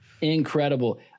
Incredible